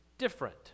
Different